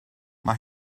mae